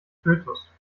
fötus